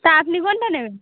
তা আপনি কোনটা নেবেন